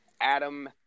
Adam